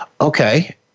Okay